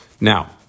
Now